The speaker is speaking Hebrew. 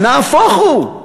נהפוך הוא,